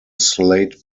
slate